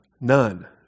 none